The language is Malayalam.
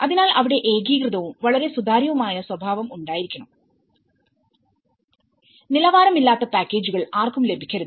അതിനാൽ അവിടെ ഏകീകൃതവും വളരെ സുതാര്യവുമായ സ്വഭാവം ഉണ്ടായിരിക്കണം നിലവാരമില്ലാത്ത പാക്കേജുകൾ ആർക്കും ലഭിക്കരുത്